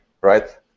right